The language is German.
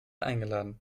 eingeladen